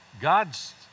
God's